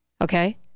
okay